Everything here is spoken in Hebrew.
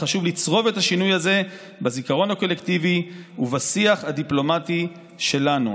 וחשוב לצרוב את השינוי הזה בזיכרון הקולקטיבי ובשיח הדיפלומטי שלנו.